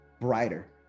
brighter